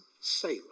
sailor